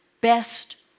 best